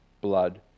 blood